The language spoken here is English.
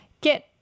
get